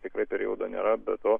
tikrai periodo nėra be to